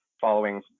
following